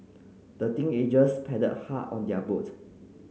the teenagers paddled hard on their boat